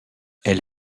elle